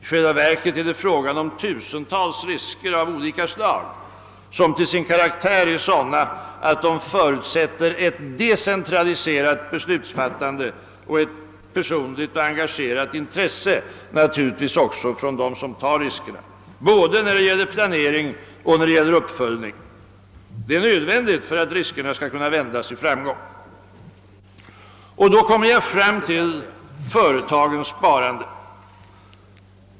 I själva verket är det fråga om tusentals risker av olika slag, som till sin karaktär är sådana att de förutsätter ett decentraliserat beslutsfattande och naturligtvis också ett personligt, engagerat intresse hos dem som tar riskerna, både när det gäller planering och när det gäller uppföljning. Detta är nödvändigt för att riskerna skall kunna vändas i framgång. Här kommer jag fram till företagens sparande.